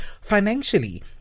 financially